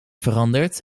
veranderd